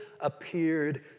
Appeared